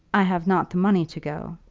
i have not the money to go